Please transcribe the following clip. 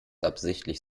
absichtlich